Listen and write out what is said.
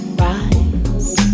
rise